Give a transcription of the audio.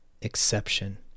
exception